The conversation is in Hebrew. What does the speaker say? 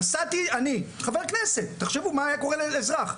נסעתי אני, חבר כנסת - תחשבו מה היה קורה לאזרח.